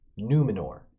Numenor